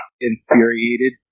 infuriated